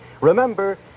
Remember